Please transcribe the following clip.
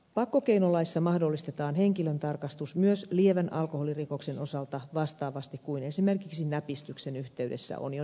pakkokeinolaissa mahdollistetaan henkilöntarkastus myös lievän alkoholirikoksen osalta vastaavasti kuin esimerkiksi näpistyksen yhteydessä on jo nykyisin